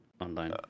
online